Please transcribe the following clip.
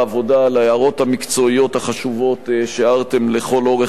על ההערות המקצועיות החשובות שהערתם לכל אורך העבודה,